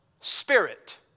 Spirit